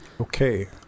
Okay